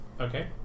Okay